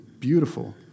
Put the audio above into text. beautiful